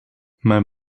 mijn